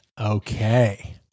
Okay